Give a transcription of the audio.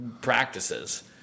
practices